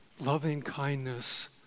loving-kindness